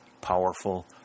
powerful